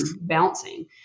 bouncing